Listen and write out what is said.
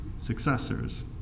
successors